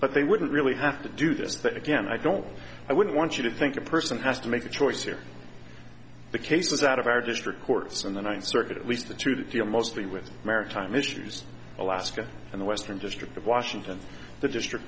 but they wouldn't really have to do this but again i don't i wouldn't want you to think a person has to make a choice here the case is out of our district courts and the ninth circuit at least the two that deal mostly with maritime issues alaska and the western district of washington the district